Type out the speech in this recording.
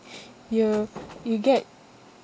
you you get